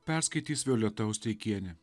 perskaitys violeta osteikienė